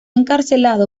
encarcelado